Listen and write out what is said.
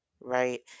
right